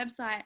website